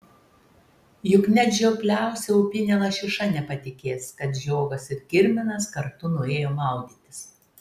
juk net žiopliausia upinė lašiša nepatikės kad žiogas ir kirminas kartu nuėjo maudytis